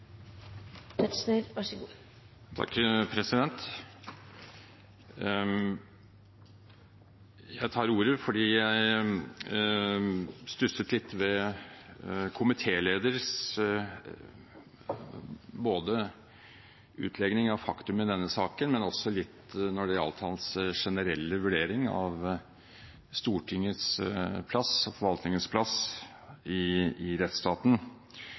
Jeg tar ordet fordi jeg stusset litt ved komitélederens utlegning av faktum i denne saken, men også litt når det gjaldt hans generelle vurdering av Stortingets plass og forvaltningens plass i rettsstaten. Jeg tar utgangspunkt i